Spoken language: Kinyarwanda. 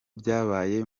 byabaye